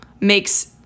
makes